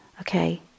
okay